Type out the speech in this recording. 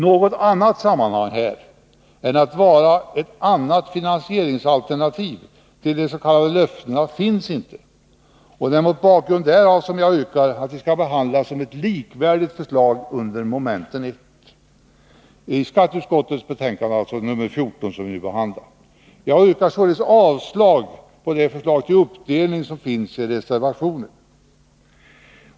Någon annan anledning att ta upp dem i dagens debatt än att de är ett finansieringsalternativ till de s.k. löftena finns alltså inte. Det är mot bakgrund därav jag yrkar att de skall behandlas som ett likvärdigt förslag under mom. 1i skatteutskottets betänkande nr 14. Jag yrkar således avslag på det förslag till uppdelning som finns i reservationen.